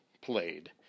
played